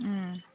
ꯎꯝ